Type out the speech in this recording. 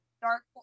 dark